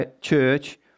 church